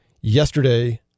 yesterday